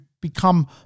become